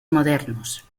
modernos